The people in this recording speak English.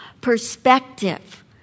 perspective